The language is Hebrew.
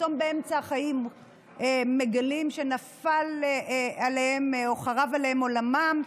שפתאום באמצע החיים מגלים שחרב עליהם עולמם,